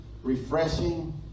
refreshing